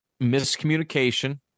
miscommunication